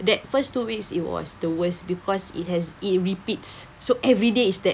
that first two weeks it was the worst because it has it repeats so everyday is that